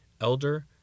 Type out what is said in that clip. elder